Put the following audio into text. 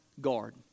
guard